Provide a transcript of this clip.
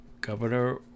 Governor